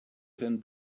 can